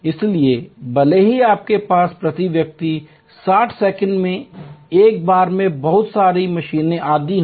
इसलिए भले ही आपके पास प्रति व्यक्ति 60 सेकंड में एक बार में बहुत सारी मशीनें आदि हों